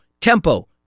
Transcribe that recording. tempo